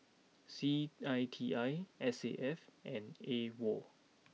C I T I S A F and A wall